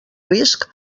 risc